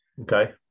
Okay